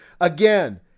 Again